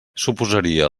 suposaria